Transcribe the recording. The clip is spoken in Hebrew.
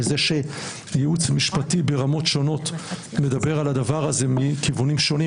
וזה שייעוץ משפטי ברמות שונות מדבר על הדבר הזה מכיוונים שונים,